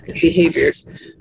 behaviors